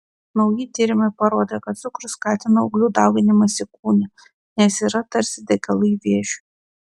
nauji tyrimai parodė kad cukrus skatina auglių dauginimąsi kūne nes yra tarsi degalai vėžiui